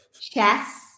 Chess